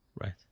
Right